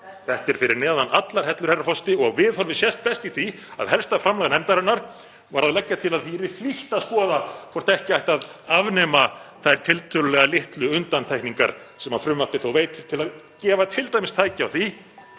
Þetta er fyrir neðan allar hellur, herra forseti, og viðhorfið sést best í því að helsta framlag nefndarinnar var að leggja til að því yrði flýtt að skoða hvort ekki ætti að afnema þær tiltölulega litlu undantekningar sem frumvarpið veitir, t.d. til að gefa tækifæri á því